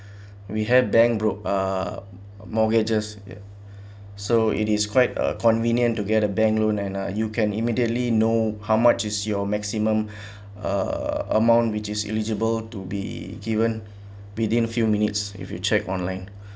we have bank broke uh mortgages ya so it is quite a convenient to get a bank loan and uh you can immediately know how much is your maximum uh amount which is eligible to be given within few minutes if you check online